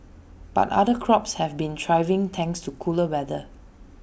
but other crops have been thriving thanks to cooler weather